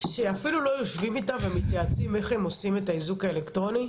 שאפילו לא יושבים איתם ומתייעצים איך הם עושים את האיזוק האלקטרוני,